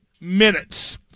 minutes